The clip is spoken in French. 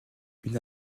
une